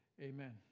amen